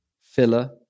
filler